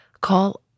call